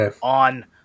on